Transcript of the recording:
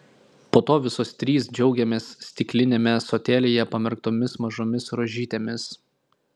po to visos trys džiaugiamės stikliniame ąsotėlyje pamerktomis mažomis rožytėmis